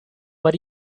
but